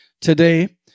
Today